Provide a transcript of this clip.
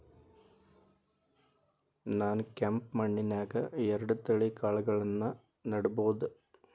ನಾನ್ ಕೆಂಪ್ ಮಣ್ಣನ್ಯಾಗ್ ಎರಡ್ ತಳಿ ಕಾಳ್ಗಳನ್ನು ನೆಡಬೋದ?